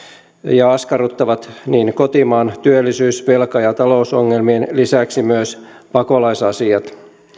ja askarruttavat kotimaan työllisyys velka ja talousongelmien lisäksi myös pakolaisasiat